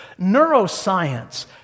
Neuroscience